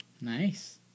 Nice